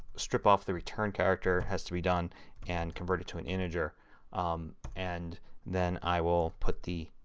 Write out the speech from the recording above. strip off the return character has to be done and converted to an integer and then i will put the